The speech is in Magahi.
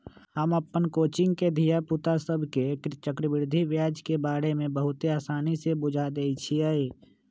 हम अप्पन कोचिंग के धिया पुता सभके चक्रवृद्धि ब्याज के बारे में बहुते आसानी से बुझा देइछियइ